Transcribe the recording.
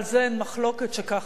שכך היה גנדי.